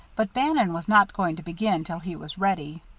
but bannon was not going to begin till he was ready.